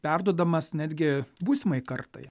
perduodamas netgi būsimai kartai